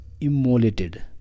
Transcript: immolated